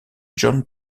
john